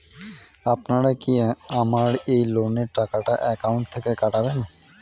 আপনারা কি আমার এই লোনের টাকাটা একাউন্ট থেকে কাটবেন?